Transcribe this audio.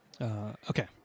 okay